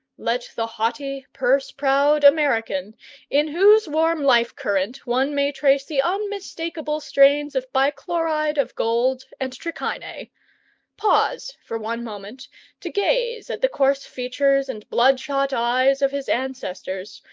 let the haughty, purse-proud american in whose warm life current one may trace the unmistakable strains of bichloride of gold and trichinae pause for one moment to gaze at the coarse features and bloodshot eyes of his ancestors,